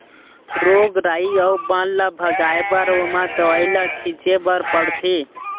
रोग राई अउ बन ल भगाए बर ओमा दवई ल छिंचे बर परथे